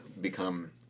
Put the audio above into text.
become